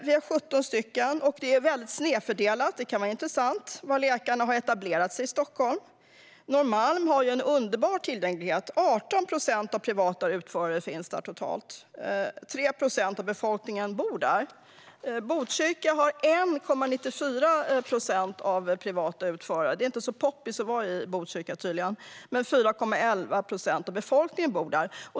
Vi har 17 stycken. Det är väldigt snedfördelat. Det kan vara intressant att veta var läkarna har etablerat sig i Stockholm. Norrmalm har en underbar tillgänglighet. 18 procent av privata utförare finns där. 3 procent av befolkningen bor där. Botkyrka har 1,94 procent av privata utförare. Det är tydligen inte så poppis att vara i Botkyrka. Men 4,11 procent av befolkningen bor där.